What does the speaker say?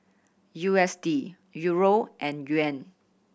U S D Euro and Yuan